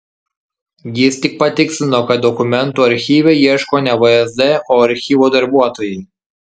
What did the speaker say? jis tik patikslino kad dokumentų archyve ieško ne vsd o archyvo darbuotojai